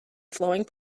flowing